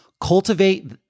Cultivate